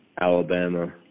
Alabama